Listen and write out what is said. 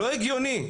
לא הגיוני,